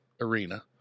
Arena